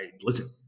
listen